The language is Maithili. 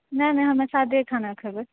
नहि नहि हमे सादे खाना खेबै